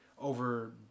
over